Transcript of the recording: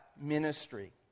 ministry